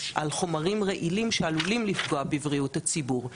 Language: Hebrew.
על חומרים רעילים שעלולים לפגוע בבריאות הציבור,